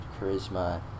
charisma